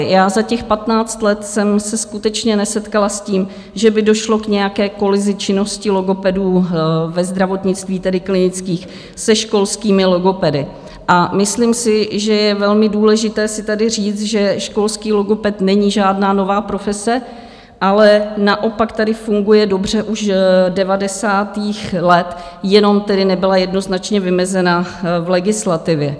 Za těch patnáct let jsem se skutečně nesetkala s tím, že by došlo k nějaké kolizi činnosti logopedů ve zdravotnictví, tedy klinických, se školskými logopedy, a myslím si, že je velmi důležité si tady říct, že školský logoped není žádná nová profese, ale naopak tady funguje dobře už devadesátých let, jenom tedy nebyla jednoznačně vymezena v legislativě.